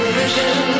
vision